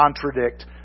contradict